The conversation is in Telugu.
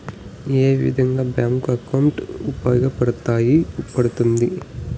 ఏ విధంగా బ్యాంకు అకౌంట్ ఉపయోగపడతాయి పడ్తుంది